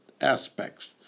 aspects